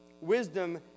Wisdom